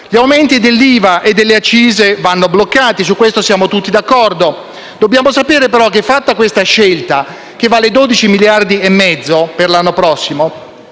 Gli aumenti dell'IVA e delle accise vanno bloccati, su questo siamo tutti d'accordo. Dobbiamo sapere però che fatta questa scelta, che vale 12 miliardi di euro e mezzo per l'anno prossimo,